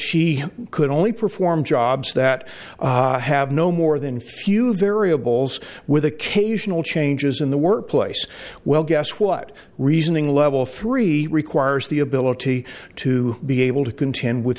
she could only perform jobs that have no more than few variables with a k usual changes in the workplace well guess what reasoning level three requires the ability to be able to contend with